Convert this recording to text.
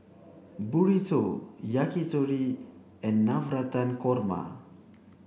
burrito yakitori and Navratan Korma